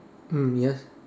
mm yes